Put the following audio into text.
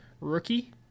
rookie